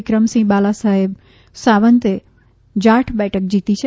વિક્રમસિંહ બાલા સાહેબ સાવંતએ જાઠ બેઠક જીતી છે